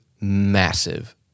massive